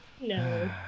no